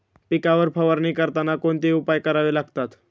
पिकांवर फवारणी करताना कोणते उपाय करावे लागतात?